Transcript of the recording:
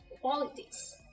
qualities